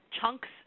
chunks